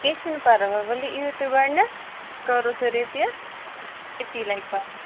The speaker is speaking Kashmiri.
کیٚنٛہہ چھُنہ پرواے ؤلیو یِیِو تُہۍ گوڈ نیٚتھ کَرو سُہ ریپیٚر أتی لَگہِ پاے